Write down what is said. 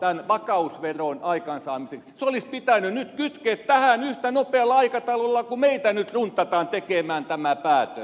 se olisi pitänyt nyt kytkeä tähän yhtä nopealla aikataululla kuin meitä nyt runtataan tekemään tämä päätös